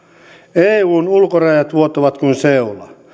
eun ulkorajat vuotavat kuin seula